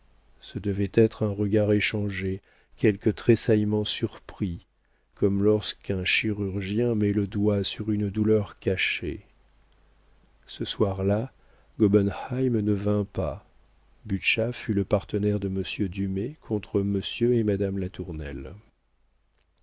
ce devait être un regard échangé quelque tressaillement surpris comme lorsqu'un chirurgien met le doigt sur une douleur cachée ce soir-là gobenheim ne vint pas butscha fut le partenaire de monsieur dumay contre monsieur et madame latournelle